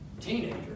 teenager